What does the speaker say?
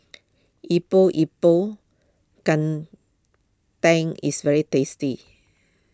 Epok Epok Kentang is very tasty